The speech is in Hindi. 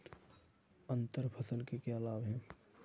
अंतर फसल के क्या लाभ हैं?